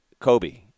kobe